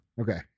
Okay